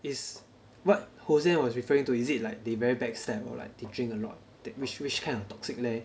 it's what hossen was referring to is it like they very backstab or like they drink a lot which which kind of toxic leh